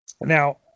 Now